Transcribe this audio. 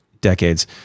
decades